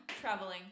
traveling